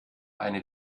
eine